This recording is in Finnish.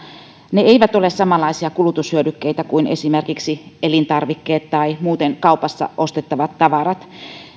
ne eivät ole samanlaisia kulutushyödykkeitä kuin esimerkiksi elintarvikkeet tai muuten kaupasta ostettavat tavarat